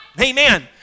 amen